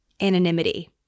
anonymity